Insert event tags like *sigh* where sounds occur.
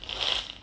*noise*